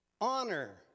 honor